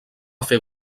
fer